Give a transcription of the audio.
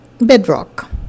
bedrock